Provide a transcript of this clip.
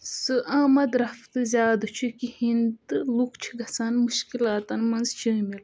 سُہ آمد رَفتہٕ زیادٕ چھُ کِہیٖنۍ تہٕ لوکھ چھِ گژھان مُشکِلاتَن منٛز شٲمِل